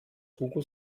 hugo